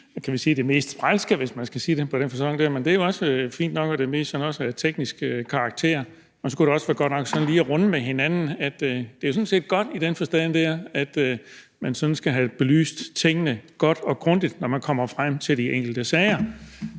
det er jo også fint nok, at det mest sådan er af teknisk karakter. Så kunne det også være godt nok lige at runde med hinanden, at det sådan set er godt i den forstand, at man skal have belyst tingene godt og grundigt, når man kommer frem til de enkelte sager.